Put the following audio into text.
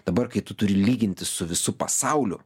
dabar kai tu turi lygintis su visu pasauliu